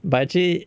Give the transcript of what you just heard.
but actually